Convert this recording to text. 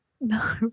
No